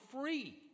free